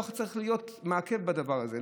לא צריך להיות מעכב בדבר הזה.